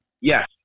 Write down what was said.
yes